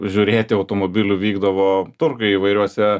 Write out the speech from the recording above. žiūrėti automobilių vykdavo turgai įvairiuose